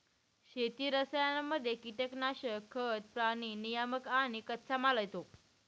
शेती रसायनांमध्ये कीटनाशक, खतं, प्राणी नियामक आणि कच्चामाल येतो